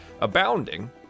abounding